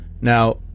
Now